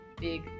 big